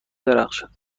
درخشد